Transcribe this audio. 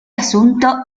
asunto